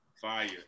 Fire